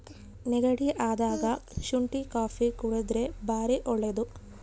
ನೆಗಡಿ ಅದಾಗ ಶುಂಟಿ ಕಾಪಿ ಕುಡರ್ದೆ ಬಾರಿ ಒಳ್ಳೆದು